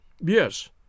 Yes